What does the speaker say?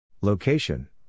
Location